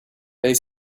they